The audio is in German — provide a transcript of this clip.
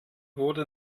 wurde